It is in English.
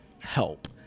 help